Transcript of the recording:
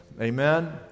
amen